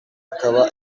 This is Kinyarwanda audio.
akaba